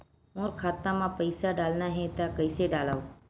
मोर खाता म पईसा डालना हे त कइसे डालव?